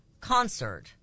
concert